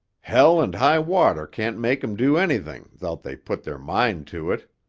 hell and high water can't make em do anything thout they put their mind to it,